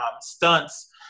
stunts